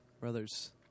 Brothers